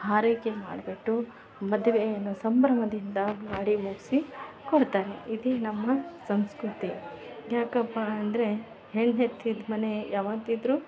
ಹಾರೈಕೆ ಮಾಡಿಬಿಟ್ಟು ಮದುವೆಯನ್ನು ಸಂಭ್ರಮದಿಂದ ಮಾಡಿ ಮುಗಿಸಿ ಕೊಟ್ತಾರೆ ಇದೇ ನಮ್ಮ ಸಂಸ್ಕೃತಿ ಯಾಕಪ್ಪ ಅಂದರೆ ಹೆಣ್ಣು ಹೆತ್ತಿದ ಮನೆ ಯಾವತ್ತಿದ್ರೂ